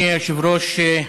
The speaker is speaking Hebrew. אדוני היושב-ראש,